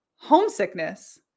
homesickness